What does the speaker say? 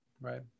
right